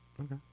Okay